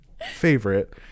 favorite